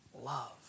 love